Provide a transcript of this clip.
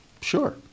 Sure